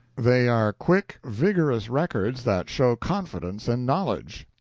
they are quick, vigorous records that show confidence and knowledge.